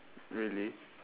really